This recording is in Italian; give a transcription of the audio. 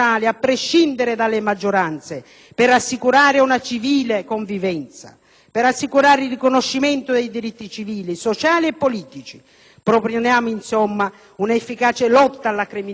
per assicurare una civile convivenza, il riconoscimento dei diritti civili, sociali e politici; proponiamo un'efficace lotta alla criminalità e alla tratta di persone.